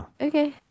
Okay